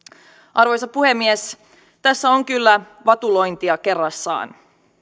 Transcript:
arvoisa puhemies tässä on kyllä vatulointia kerrassaan